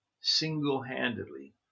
single-handedly